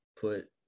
put